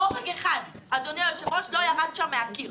בורג אחד, אדוני היושב-ראש, לא ירד שם מהקיר.